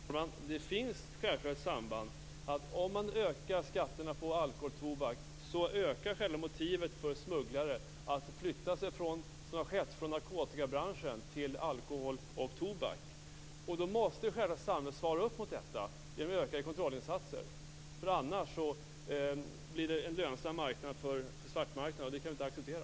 Fru talman! Det finns självklart ett samband. Om man ökar skatterna på alkohol och tobak ökar själva motivet för smugglare att, som har skett, flytta sig från narkotikabranschen till alkohol och tobak. Då måste självfallet samhället svara mot detta med ökade kontrollinsatser. Annars blir det en lönsam svartmarknad, och det kan vi inte acceptera.